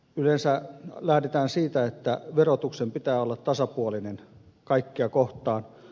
yleensä lähdetään siitä että verotuksen pitää olla tasapuolinen kaikkia kohtaan